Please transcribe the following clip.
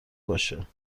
باشه